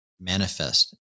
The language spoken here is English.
manifest